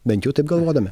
bent jau taip galvodami